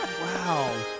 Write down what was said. Wow